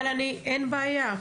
אבל אין בעיה,